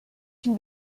can